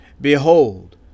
Behold